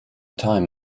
time